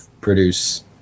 produce